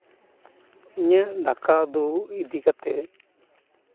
ᱤᱧᱟᱹᱜ ᱫᱟᱠᱟ ᱫᱚ ᱤᱫᱤ ᱠᱟᱛᱮ